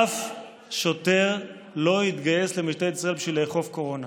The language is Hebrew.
אף שוטר לא התגייס למשטרת ישראל בשביל לאכוף קורונה.